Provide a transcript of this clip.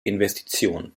investition